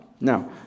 Now